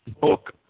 book